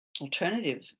Alternative